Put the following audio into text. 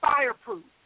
Fireproof